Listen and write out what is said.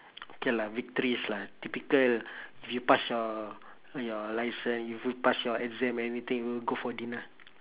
okay lah victories lah typical if you pass your your license if you pass your exam or anything go for dinner